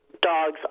dogs